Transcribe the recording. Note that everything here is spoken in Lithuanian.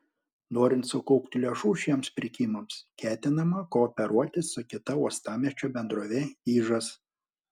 norint sukaupti lėšų šiems pirkimams ketinama kooperuotis su kita uostamiesčio bendrove ižas